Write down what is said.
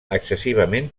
excessivament